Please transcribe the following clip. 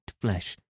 flesh